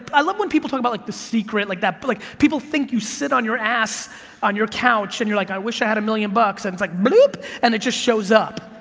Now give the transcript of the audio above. i love when people talk about like the secret, like but like people think you sit on your ass on your couch and you're like, i wish i had a million bucks and it's like, bloop and it just shows up.